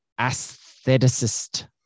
aestheticist